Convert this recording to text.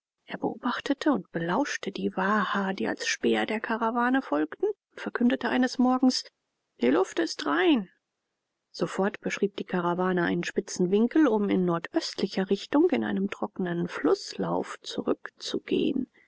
er beobachtete und belauerte die waha die als späher der karawane folgten und verkündete eines morgens die luft ist rein sofort beschrieb die karawane einen spitzen winkel um in nordöstlicher richtung in einem trocknen flußlauf zurückzugehen